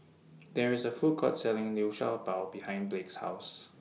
There IS A Food Court Selling Liu Sha Bao behind Blake's House